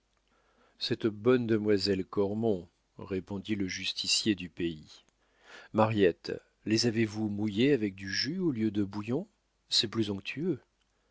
cette bonne demoiselle cormon répondit le justicier du pays mariette les avez-vous mouillés avec du jus au lieu de bouillon c'est plus onctueux